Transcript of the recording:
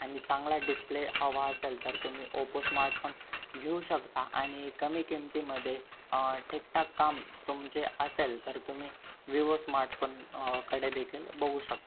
आणि चांगला डिस्प्ले हवा असेल तर तुम्ही ओपो स्मार्टफोन घेऊ शकता आणि कमी किमतीमध्ये ठीकठाक काम तुमचे असेल तर तुम्ही विवो स्मार्टफोनकडेदखील बघू शकता